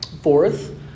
Fourth